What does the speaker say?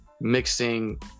mixing